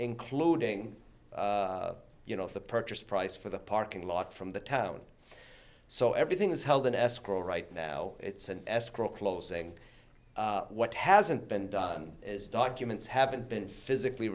including you know the purchase price for the parking lot from the town so everything is held in escrow right now it's an escrow closing what hasn't been done is documents haven't been physically